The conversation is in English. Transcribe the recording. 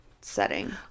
setting